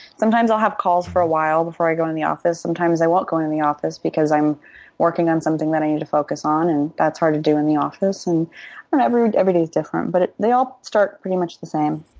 sometimes i'll have calls for a while before i go in the office. sometimes i won't go in in the office because i'm working on something that i need to focus on and that's hard to do in the office. and whenever. every day is different. but they all start pretty much the same.